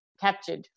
captured